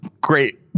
great